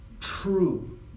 true